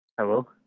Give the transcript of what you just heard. Hello